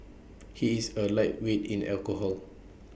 he is A lightweight in alcohol